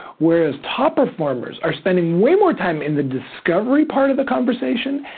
whereas top performers are spending way more time in the discovery part of the conversation,